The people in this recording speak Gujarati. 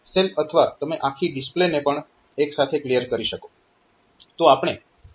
સેલ અથવા તમે આખી ડિસ્પ્લેને પણ એક સાથે ક્લિયર કરી શકો